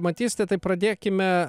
matysite tai pradėkime